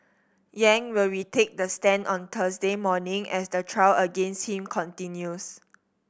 Yang will retake the stand on Thursday morning as the trial against him continues